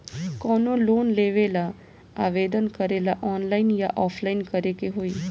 कवनो लोन लेवेंला आवेदन करेला आनलाइन या ऑफलाइन करे के होई?